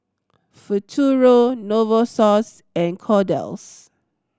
Futuro Novosource and Kordel's